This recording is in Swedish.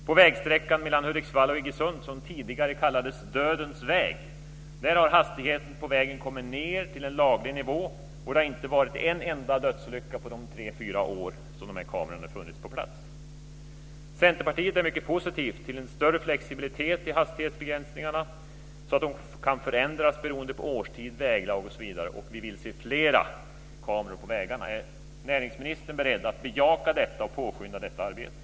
På vägsträckan mellan Hudiksvall och Iggesund, som tidigare kallades dödens väg, har hastigheten kommit ned till en laglig nivå, och det har inte varit en enda dödsolycka under de fyra år som kameran har funnits på plats. Centerpartiet är också mycket positivt till en större flexibilitet i hastighetsbegränsningarna, innebärande att dessa kan förändras beroende på årstid, väglag osv. Vi vill se flera kameror på vägarna. Är näringsministern beredd att bejaka detta och påskynda detta arbete?